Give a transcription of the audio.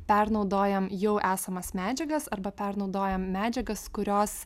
pernaudojam jau esamas medžiagas arba pernaudojam medžiagas kurios